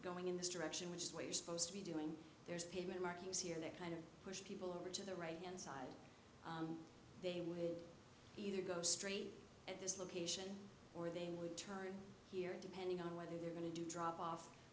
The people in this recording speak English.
going in this direction which way you're supposed to be doing there's pavement markings here that kind of pushed people over to the right hand side they would either go straight at this location or they would turn here depending on whether they're going to drop off